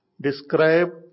describe